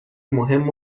مهم